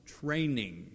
training